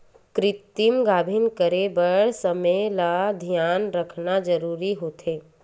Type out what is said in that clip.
कृतिम गाभिन करे बर समे ल धियान राखना जरूरी होथे